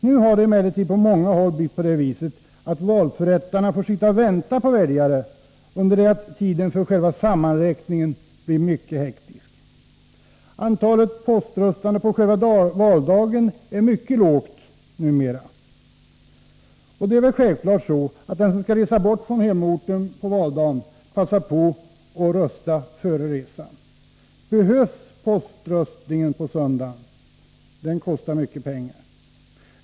Nu har det emellertid på många håll blivit på det viset att valförrättarna får sitta och vänta på väljare, under det att tiden för själva sammanräkningen blir mycket hektisk. Antalet poströstande på själva valdagen är numera mycket lågt. Det är självklart att den som på valdagen skall resa bort från orten passar på att rösta före resan. Behövs poströstningen på valsöndagen? Den kostar mycket pengar.